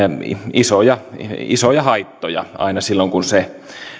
isoja isoja haittoja aina silloin kun se